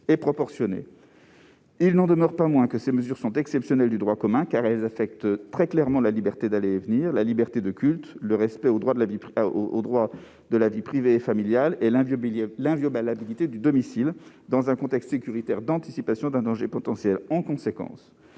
et proportionnée. Il n'en demeure pas moins que ces mesures sont dérogatoires au droit commun, car elles affectent très clairement la liberté d'aller et venir, la liberté de culte, le droit au respect de la vie privée et familiale et l'inviolabilité du domicile, dans un contexte sécuritaire d'anticipation d'un danger potentiel. En conséquence,